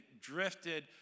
drifted